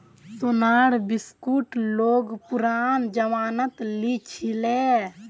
सोनार बिस्कुट लोग पुरना जमानात लीछीले